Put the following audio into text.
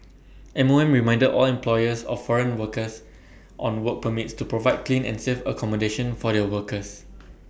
M O M reminded all employers of foreign workers on work permits to provide clean and safe accommodation for their workers